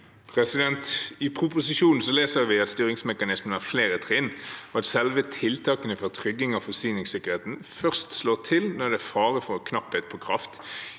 I proposisjo- nen leser vi at styringsmekanismen har flere trinn, og at selve tiltakene for trygging av forsyningssikkerheten først slår til når det er fare for knapphet på kraft.